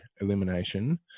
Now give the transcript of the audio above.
elimination